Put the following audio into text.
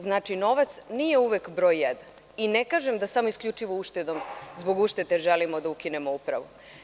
Znači, novac nije uvek broj jedan i ne kažem da samo isključivo zbog uštede želimo da ukinemo Upravu.